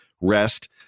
rest